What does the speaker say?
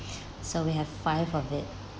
so we have five of it